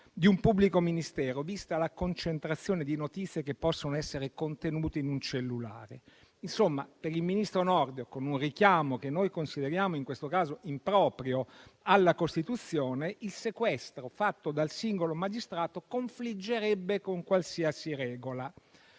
di un pubblico ministero, vista la concentrazione di notizie che possono essere in esso contenute. Insomma, per il ministro Nordio, con un richiamo che noi consideriamo in questo caso improprio alla Costituzione, il sequestro fatto dal singolo magistrato confliggerebbe con qualsiasi regola.